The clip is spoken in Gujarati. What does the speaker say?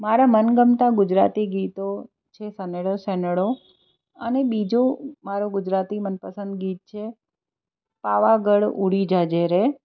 મારા મનગમતા ગુજરાતી ગીતો છે સનેડો સનેડો અને બીજો મારો ગુજરાતી મનપસંદ ગીત છે પાવાગઢ ઉડી જાજે રે